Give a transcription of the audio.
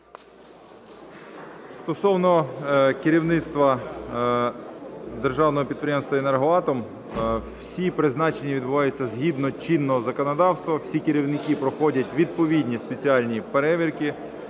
Стосовно керівництва Державного підприємства "Енергоатом". Всі призначення відбуваються згідно чинного законодавства, всі керівники проходять відповідні спеціальні перевірки